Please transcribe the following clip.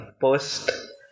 Post